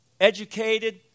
educated